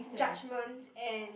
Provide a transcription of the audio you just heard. judgement and